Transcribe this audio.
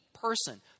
person